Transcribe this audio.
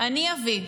אני אביא.